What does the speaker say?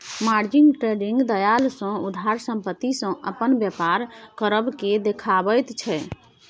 margin trading दलाल सँ उधार संपत्ति सँ अपन बेपार करब केँ देखाबैत छै